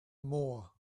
more